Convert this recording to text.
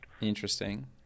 Interesting